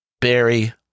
Barry